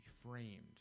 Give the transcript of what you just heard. framed